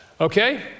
Okay